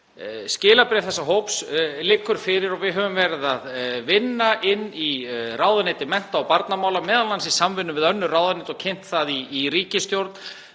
Skilabréf þessa hóps liggur fyrir og við höfum verið að vinna að áætlun í ráðuneyti mennta- og barnamála, m.a. í samvinnu við önnur ráðuneyti og kynnt það í ríkisstjórn,